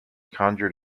conjured